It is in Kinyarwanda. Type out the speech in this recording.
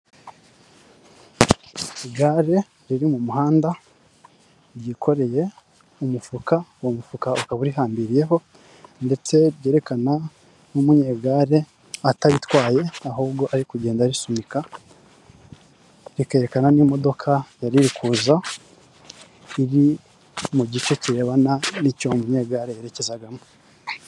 Igare riri mu muhanda ryikoreye umufuka, uwo mufuka ukaba urihambiriyeho ndetse ryerekana n'umunyegare ataritwaye ahubwo ari kugenda arisunika, rikerekana n'imodoka yari iri kuza iri mu gice kirebana n'icyo uwo munyegare yerekezagamo.